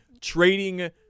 trading